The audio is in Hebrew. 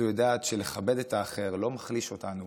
ויודעת שלכבד את האחר לא מחליש אותנו